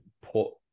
put